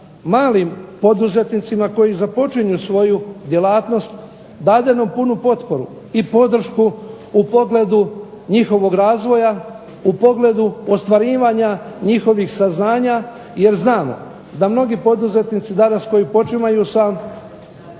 malim poduzetnicima koji započinju svoju djelatnost dademo punu potporu i podršku u pogledu njihovog razvoja, u pogledu ostvarivanja njihovih saznanja. Jer znamo da mnogi poduzetnici danas koji počimaju sa